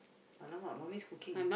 !alamak! mummy's cooking